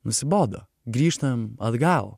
nusibodo grįžtam atgal